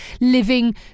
living